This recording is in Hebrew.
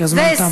כי הזמן תם.